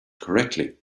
correctly